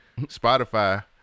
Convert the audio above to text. Spotify